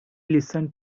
listened